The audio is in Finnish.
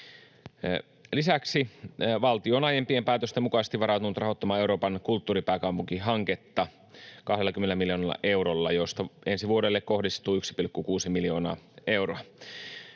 Lisäksi valtio on aiempien päätösten mukaisesti varautunut rahoittamaan Euroopan kulttuuripääkaupunki ‑hanketta 20 miljoonalla eurolla, josta ensi vuodelle kohdistuu 1,6 miljoonaa euroa.